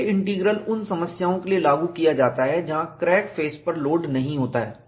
J integral उन समस्याओं के लिए लागू किया जाता है जहां क्रैक फेस पर लोड नहीं होता है